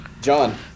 John